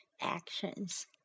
actions